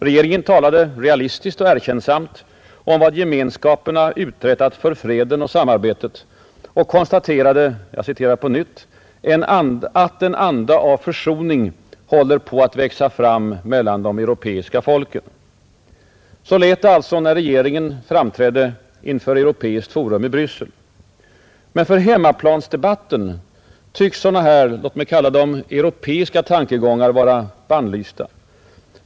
Regeringen talade realistiskt och erkännsamt om vad Gemenskapen har uträttat för freden och samarbetet och konstaterade att ”en anda av försoning håller på att växa fram mellan de europeiska folken”. Så lät det alltså när regeringen framträdde inför europeiskt forum i Bryssel. Men för hemmaplansdebatten tycks sådana här, låt mig kalla dem europeiska tankegångar vara bannlysta.